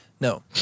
No